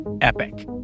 epic